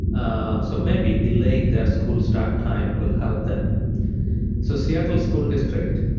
ah so maybe delaying their school start time will help them so seattle school district,